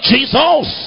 Jesus